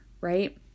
right